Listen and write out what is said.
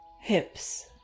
hips